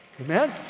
Amen